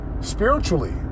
Spiritually